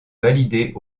valider